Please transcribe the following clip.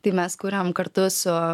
tai mes kuriam kartu su